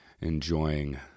enjoying